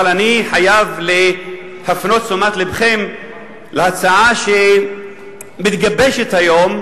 אבל אני חייב להפנות תשומת לבכם להצעה שמתגבשת היום,